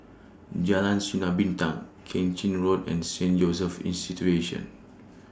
Jalan Sinar Bintang Keng Chin Road and Saint Joseph's